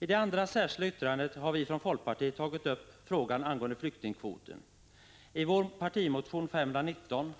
I det andra särskilda yttrandet har vi från folkpartiet tagit upp frågan om flyktingkvoten. I vår partimotion 519